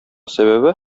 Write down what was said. сәбәбе